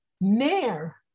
Nair